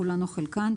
כולן או חלקן,